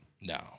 No